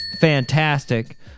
Fantastic